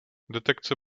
detekce